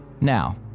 Now